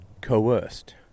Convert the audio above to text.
coerced